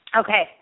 Okay